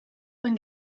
when